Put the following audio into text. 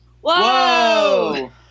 Whoa